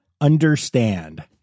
Understand